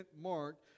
mark